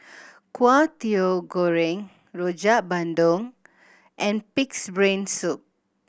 Kway Teow Goreng Rojak Bandung and Pig's Brain Soup